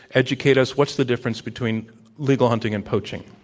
educate us. what's the difference between legal hunting and poaching?